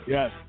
Yes